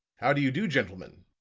how do you do, gentlemen,